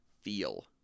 feel